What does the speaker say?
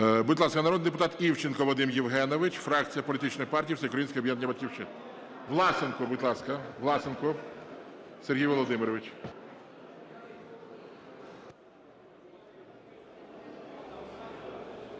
Будь ласка, народний депутат Івченко Вадим Євгенович, фракція Політичної партії "Всеукраїнське об'єднання "Батьківщина". Власенко, будь ласка. Власенко Сергій Володимирович.